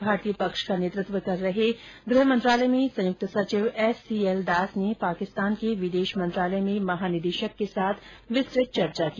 भारतीय पक्ष का नेतृत्व कर रहे गृहमंत्रालय में संयुक्त सचिव एस सी एल दास ने पाकिस्तान के विदेश मंत्रालय में महानिदेशक के साथ विस्तृत चर्चा की